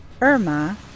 Irma